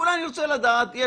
-- אני רוצה לדעת את